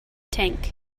tank